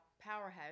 powerhouse